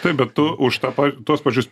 taip bet tu už tą pą tuos pačius